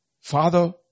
Father